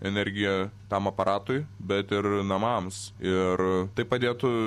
energiją tam aparatui bet ir namams ir tai padėtų